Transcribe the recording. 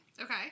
Okay